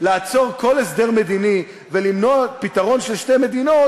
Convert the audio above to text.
לעצור כל הסדר מדיני ולמנוע פתרון של שתי מדינות,